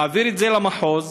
מעביר את זה למחוז